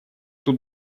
тут